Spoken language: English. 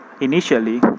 initially